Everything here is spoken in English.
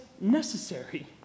necessary